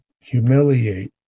humiliate